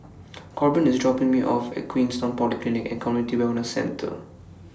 Korbin IS dropping Me off At Queenstown Polyclinic and Community Wellness Centre